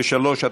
אם כן,